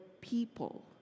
people